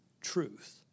truth